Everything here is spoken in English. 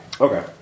Okay